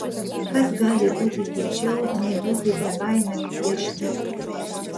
kas gali būti kiečiau nei būti bebaimiam prieš mirtį